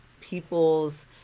people's